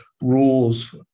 rules